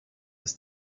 aus